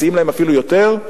מציעים להם אפילו יותר,